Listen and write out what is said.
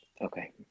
Okay